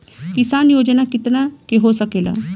किसान योजना कितना के हो सकेला?